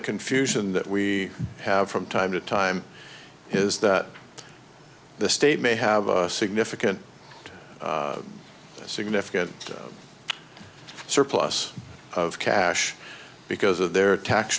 the confusion that we have from time to time is that the state may have a significant significant surplus of cash because of their tax